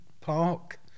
park